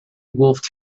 wolfed